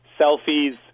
selfies